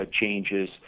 changes